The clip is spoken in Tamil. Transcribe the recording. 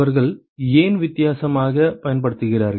அவர்கள் ஏன் வித்தியாசமாக பயன்படுத்துகிறார்கள்